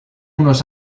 unos